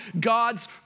God's